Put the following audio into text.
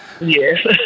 Yes